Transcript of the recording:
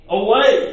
away